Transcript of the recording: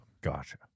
Gotcha